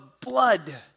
blood